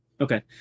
Okay